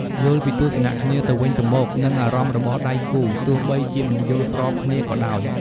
យល់ពីទស្សនៈគ្នាទៅវិញទៅមក និងអារម្មណ៍របស់ដៃគូ ទោះបីជាមិនយល់ស្របគ្នាក៏ដោយ។